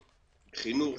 בחינוך,